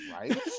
Right